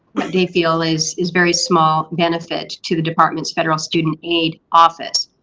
what they feel is is very small benefit to the department's federal student aid office.